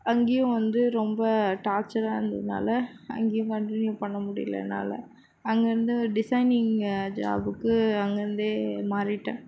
அங்கேயும் வந்து ரொம்ப டார்சராக இருந்துதுனால் அங்கேயும் கண்டினியூ பண்ண முடியலை என்னால் அங்கே இருந்து டிசைனிங் ஜாப்புக்கு அங்கேருந்தே மாறிவிட்டேன்